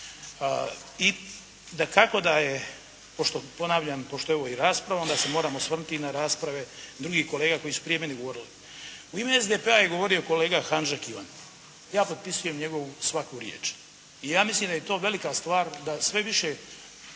I dakako da je pošto ponavljam pošto je ovo i rasprava, onda se moramo osvrnuti i na rasprave drugih kolega koji su prije mene govorili. U ime SDP-a je govorio kolega Hanžek Ivan. Ja potpisujem njegovu svaku riječ i ja mislim da je to velika stvar da sve više